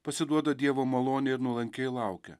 pasiduoda dievo malonei ir nuolankiai laukia